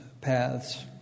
paths